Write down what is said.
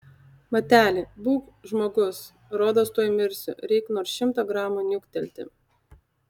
mateli būk žmogus rodos tuoj mirsiu reik nors šimtą gramų niuktelti